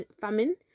famine